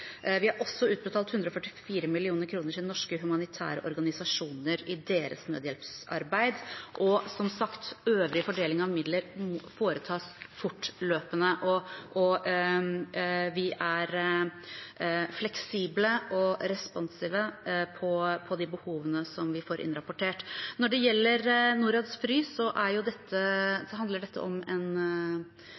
Vi har også utbetalt 144 mill. kr til norske humanitære organisasjoner i deres nødhjelpsarbeid. Og som sagt: Øvrig fordeling av midler foretas fortløpende, og vi er fleksible og responsive på de behovene som vi får innrapportert. Når det gjelder Norads frys, handler dette om en helt annen sak og har ikke noe med de humanitære midlene å gjøre. Dette handler om